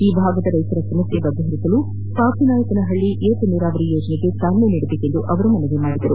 ಈ ಭಾಗದ ರೈತರ ಸಮಸ್ಯೆ ಬಗೆಹರಿಸಲು ಪಾಪಿನಾಯಕನಹಳ್ಳಿ ಏತನೀರಾವರಿ ಯೋಜನೆಗೆ ಚಾಲನೆ ನೀಡಬೇಕೆಂದು ಅವರು ಮನವಿ ಮಾಡಿದರು